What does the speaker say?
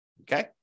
Okay